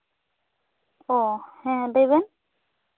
ᱚ ᱦᱮᱸ ᱞᱟᱹᱭᱵᱮᱱ